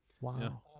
Wow